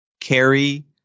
carry